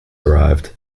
arrived